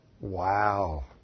Wow